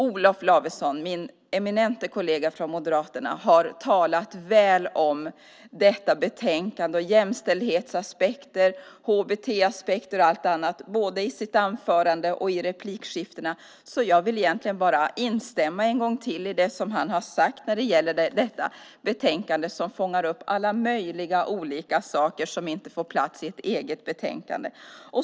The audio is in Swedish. Olof Lavesson, min eminente kollega från Moderaterna, har talat väl om detta betänkande och jämställdhetsaspekter, HBT-aspekter och allt annat i sitt anförande och i replikskiftena. Jag vill egentligen bara instämma i det han har sagt om detta betänkande, som fångar upp alla möjliga olika saker som inte får plats i ett eget betänkande.